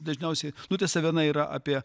dažniausiai nu tiesa viena yra apie